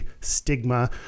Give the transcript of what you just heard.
stigma